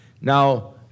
Now